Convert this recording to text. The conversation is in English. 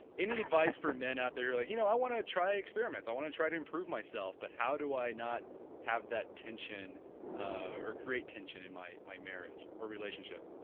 any advice for men out there like you know i want to try experiments, i want to try to improve myself but how do i not have that tension ah or create tension in my my marriage or relationship?